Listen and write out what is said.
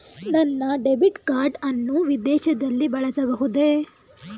ನನ್ನ debit card ಅನ್ನು ವಿದೇಶದಲ್ಲಿ ಬಳಸಬಹುದೇ?